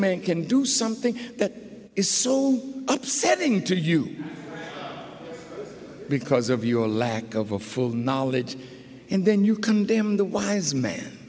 man can do something that is so upsetting to you because of your lack of a full knowledge and then you condemn the wise man